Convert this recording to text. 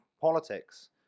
politics